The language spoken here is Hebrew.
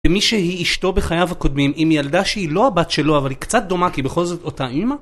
ומי שהיא אשתו בחייו הקודמים, עם ילדה שהיא לא הבת שלו אבל היא קצת דומה כי בכל זאת אותה אימא